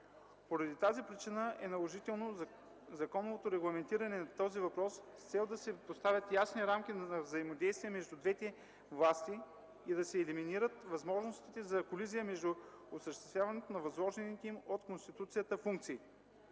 Поради тази причина е наложително законовото регламентиране на този въпрос с цел да се поставят ясни рамки на взаимодействието между двете власти и да се елиминират възможностите за колизия между осъществяването на възложените им от Конституцията функции.